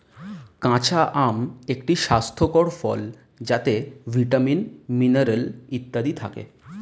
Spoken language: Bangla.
কাঁচা আম একটি স্বাস্থ্যকর ফল যাতে ভিটামিন, মিনারেল ইত্যাদি থাকে